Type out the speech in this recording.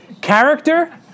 character